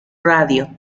radio